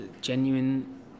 genuine